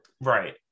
right